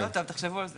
זה לא טוב, תחשבו על זה.